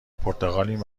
پرتغالیم